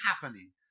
happening